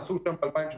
עשו שם ב-1918,